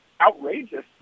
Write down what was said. outrageous